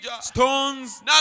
stones